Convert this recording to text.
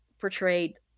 portrayed